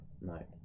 no